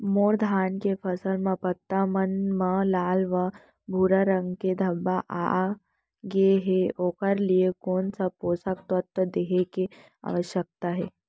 मोर धान के फसल म पत्ता मन म लाल व भूरा रंग के धब्बा आप गए हे ओखर लिए कोन स पोसक तत्व देहे के आवश्यकता हे?